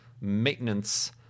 maintenance